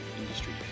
industry